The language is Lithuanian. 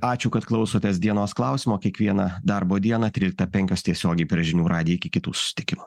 ačiū kad klausotės dienos klausimo kiekvieną darbo dieną tryliktą penkios tiesiogiai per žinių radiją iki kitų susitikimų